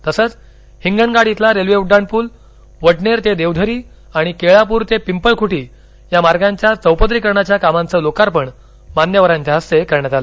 तसच हिंगणघाट इथला रेल्वे उङ्डाणपूल वडनेर ते देवधरी आणि केळापूर ते पिपळखूटी या मार्गाच्या चौपदरीकरणाच्या कामांचं लोकार्पण मान्यवरांच्या हस्ते करण्यात आलं